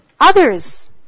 others